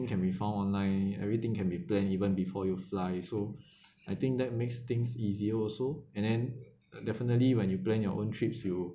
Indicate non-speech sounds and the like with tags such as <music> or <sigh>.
can be found online everything can be plan even before you fly so <breath> I think that makes things easier also and then definitely when you plan your own trips you